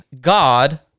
God